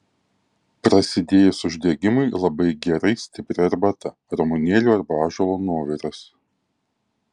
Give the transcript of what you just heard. prasidėjus uždegimui labai gerai stipri arbata ramunėlių arba ąžuolo nuoviras